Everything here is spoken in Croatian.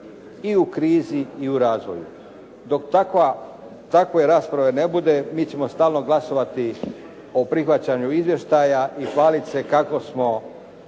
i u krizi i u razvoju. Dok takve rasprave ne bude, mi ćemo stvarno glasovati o prihvaćanju izvještaja i hvaliti se kako smo